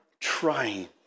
trying